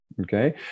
okay